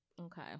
Okay